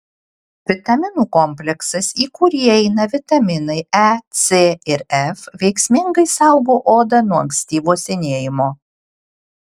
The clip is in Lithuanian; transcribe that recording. vitaminų kompleksas į kurį įeina vitaminai e c ir f veiksmingai saugo odą nuo ankstyvo senėjimo